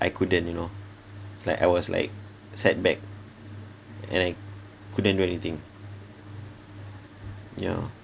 I couldn't you know it's like I was like setback and I couldn't do anything yeah